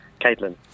Caitlin